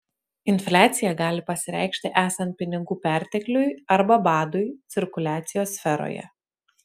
infliacija gali pasireikšti esant pinigų pertekliui arba badui cirkuliacijos sferoje